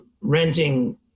renting